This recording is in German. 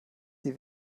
sie